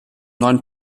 neuen